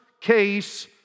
case